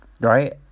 right